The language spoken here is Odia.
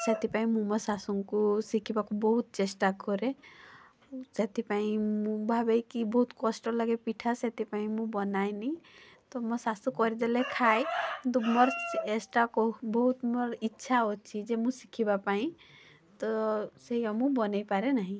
ସେଥିପାଇଁ ମୁଁ ମୋ ଶାଶୁଙ୍କୁ ଶିଖିବାକୁ ବହୁତ ଚେଷ୍ଟା କରେ ସେଥିପାଇଁ ମୁଁ ଭାବେ କି ବହୁତ କଷ୍ଟ ଲାଗେ ପିଠା ସେଥିପାଇଁ ମୁଁ ବନାଏନି ତ ମୋ ଶାଶୁ କରିଦେଲେ ଖାଏ ମୋର ବହୁତ ମୋର ଇଚ୍ଛା ଅଛି ଯେ ମୁଁ ଶିଖିବା ପାଇଁ ତ ସେଇଆ ମୁଁ ବନେଇ ପାରେନାହିଁ